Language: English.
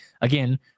again